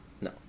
no